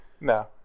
No